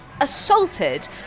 assaulted